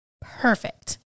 perfect